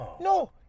No